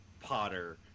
Potter